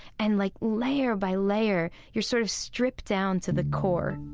and, like, layer by layer, you're, sort of, stripped down to the core